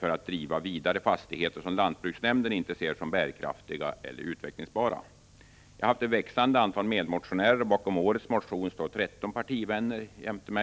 för att driva vidare fastigheter som lantbruksnämnden inte ser som bärkraftiga eller utvecklingsbara. Jag har haft ett växande antal medmotionärer, och bakom årets motion står 13 partivänner jämte mig.